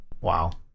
Wow